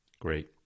Great